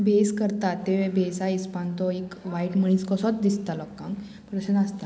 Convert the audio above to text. भेस करता ते भेसा हिसपान तो एक वायट मनीस कसोच दिसता लोकांक तशें नासता